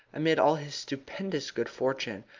amid all his stupendous good fortune,